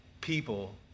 people